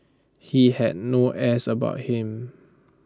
he had no airs about him